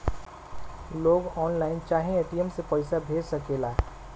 लोग ऑनलाइन चाहे ए.टी.एम से पईसा भेज सकेला